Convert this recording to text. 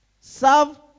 Serve